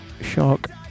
Shark